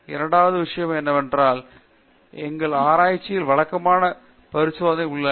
இரண்டாவது விஷயம் என்னவென்றால் எங்கள் ஆராய்ச்சியில் வழக்கமான பரிசோதனைகள் உள்ளன